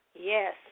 Yes